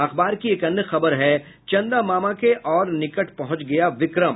अखबार की एक अन्य खबर है चंदामामा के और निकट पहुंच गया विक्रम